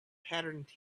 patterned